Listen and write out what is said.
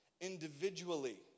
individually